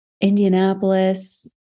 Indianapolis